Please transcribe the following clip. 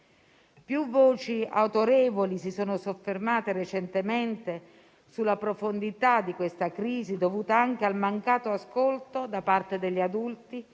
Più voci autorevoli si sono soffermate recentemente sulla profondità di questa crisi, dovuta anche al mancato ascolto da parte degli adulti